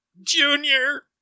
Junior